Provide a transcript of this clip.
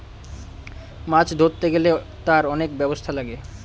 মাছ ধরতে গেলে তার অনেক ব্যবস্থা লাগে